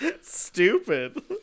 Stupid